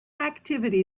activity